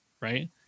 right